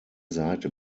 seite